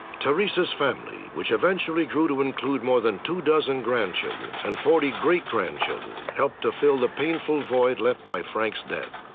teresa's family, which eventually grew to include more than two dozen grandchildren and forty great grandchildren, helped to fill the painful void left by frank's death.